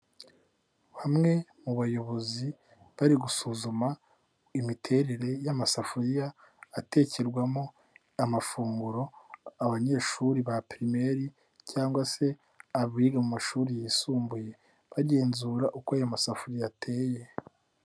Bamwe mu bayobozi, bari gusuzuma imiterere y'amasafuriya, atekerwamo amafunguro, abanyeshuri ba pirimeri cyangwa se abiga mashuri yisumbuye. Bagenzura uko ayo masafuriya ateye.